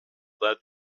that